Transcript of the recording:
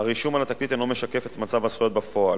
הרישום על התקליט אינו משקף את מצב הזכויות בפועל.